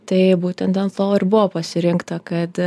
tai būtent dėl to ir buvo pasirinkta kad